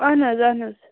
اہَن حظ اہَن حظ